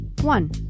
One